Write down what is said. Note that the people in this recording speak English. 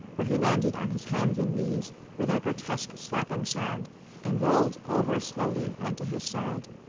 where he landed on his hands and knees with a grotesque slapping sound and rolled over slowly onto his side.